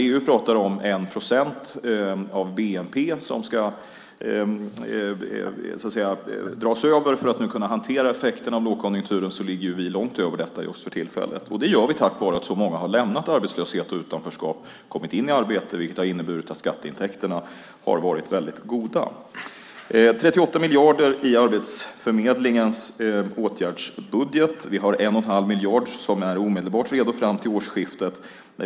EU pratar om 1 procent som man nu ska dra över för att man ska kunna hantera effekterna av lågkonjunkturen, men vi ligger långt över detta just för tillfället. Det gör vi tack vare att så många har lämnat arbetslöshet och utanförskap och kommit in i arbete, vilket har inneburit att skatteintäkterna har varit väldigt goda. Vi har 38 miljarder i Arbetsförmedlingens åtgärdsbudget. Vi har 1 1⁄2 miljard som är omedelbart redo fram till årsskiftet.